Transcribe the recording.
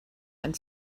and